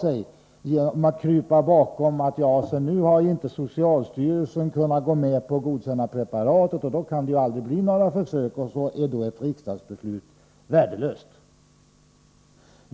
Hon kan inte krypa bakom en hänvisning till att socialstyrelsen inte har kunnat gå med på att godkänna preparatet och att det därför aldrig kan bli några försök. Då är ju riksdagsbeslutet värdelöst.